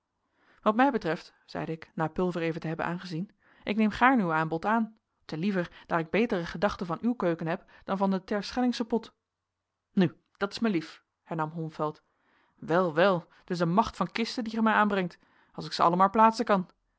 wat mij betreft zeide ik na pulver even te hebben aangezien ik neem gaarne uw aanbod aan te liever daar ik betere gedachten van uw keuken heb dan van den terschellingschen pot nu dat is mij lief hernam holmfeld wel wel t is een macht van kisten die gij mij aanbrengt als ik ze alle maar plaatsen kan